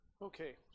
Okay